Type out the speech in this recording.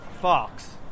Fox